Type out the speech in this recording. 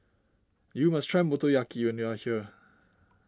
you must try Motoyaki when you are here